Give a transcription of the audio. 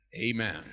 Amen